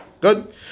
Good